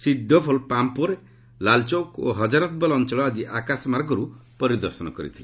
ଶ୍ରୀ ଡୋଭଲ୍ ପାମ୍ପୋରେ ଲାଲ୍ଚୌକ୍ ଓ ହଜରତବଲ ଅଞ୍ଚଳ ଆଜି ଆକାଶମାର୍ଗରୁ ପରଦର୍ଶନ କରିଥିଲେ